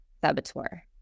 saboteur